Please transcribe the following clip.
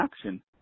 action